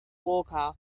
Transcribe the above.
walker